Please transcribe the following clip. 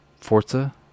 forza